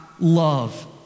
love